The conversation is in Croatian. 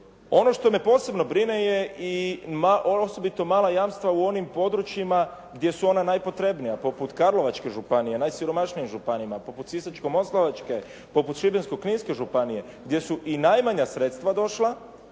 Ono što me posebno brine je i osobito mala jamstva u onim područjima gdje su ona najpotrebnija poput Karlovačke županije, najsiromašnijim županijama, poput Sisačko-moslavačke, poput Šibensko-kninske županije gdje su i najmanja sredstva došla